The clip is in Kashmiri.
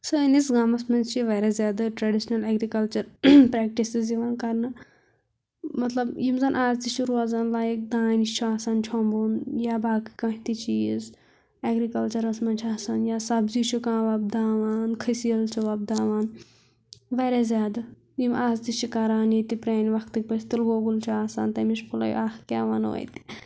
سٲنِس گامَس منٛز چھِ واریاہ زیادٕ ٹرٛیٚڈِشنَل ایٚگرِکَلچَر پرٛیٚکٹِسِز یِوان کَرنہٕ مطلب یِم زَن آز تہِ چھِ روزان لایِک دانہِ چھُ آسان چھۄمبُن یا باقٕے کانٛہہ تہِ چیٖز ایٚگرِکَلچَرَس منٛز چھِ آسان یا سَبزی چھُ کانٛہہ وۄبداوان خٔسیٖل چھُ وۄبداوان واریاہ زیادٕ یِم آز تہِ چھِ کَران ییٚتہِ پرٛانہِ وقتٕکۍ پٲٹھۍ تِلہٕ گۄگُل چھُ آسان تٔمِچ فٕلَے اَتھ کیاہ وَنو اتہِ